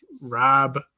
Rob